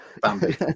Bambi